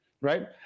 right